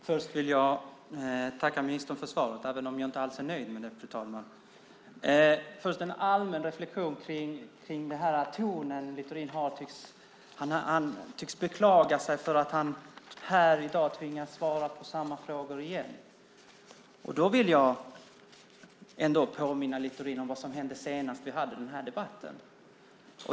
Fru talman! Jag tackar ministern för svaret även om jag inte alls är nöjd med det. Jag har först en allmän reflexion över den ton som Littorin har. Han tycks beklaga sig för att han här i dag tvingas svara på samma frågor igen. Jag vill då påminna Littorin om vad som hände senast när vi förde den här debatten.